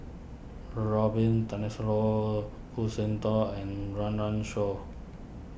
Robin Tessensohn Khoo seng toon and Run Run Shaw